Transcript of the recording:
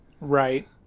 Right